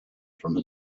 from